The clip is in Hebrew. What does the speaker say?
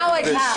כוונה או אדישות?